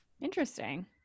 Interesting